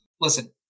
listen